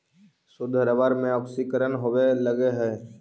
शुद्ध रबर में ऑक्सीकरण होवे लगऽ हई